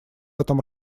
этом